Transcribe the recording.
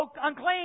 unclean